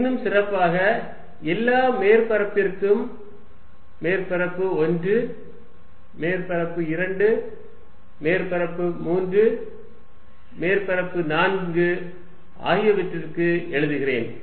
இதை இன்னும் சிறப்பாக எல்லா மேற்பரப்பிற்கும் மேற்பரப்பு 1 மேற்பரப்பு 2 மேற்பரப்பு 3 மேற்பரப்பு 4 ஆகியவற்றிற்கு எழுதுகிறேன்